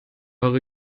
eure